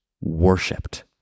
worshipped